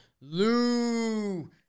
Lou